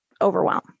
overwhelm